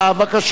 בבקשה.